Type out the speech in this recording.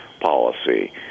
policy